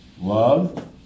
Love